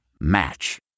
Match